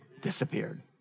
disappeared